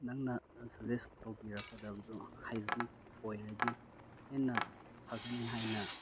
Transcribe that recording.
ꯅꯪꯅ ꯁꯖꯦꯁ ꯇꯧꯕꯤꯔꯛꯀꯗꯕꯗꯣ ꯍꯥꯏꯖꯅꯤꯛ ꯑꯣꯏꯔꯗꯤ ꯍꯦꯟꯅ ꯐꯒꯅꯤ ꯍꯥꯏꯅ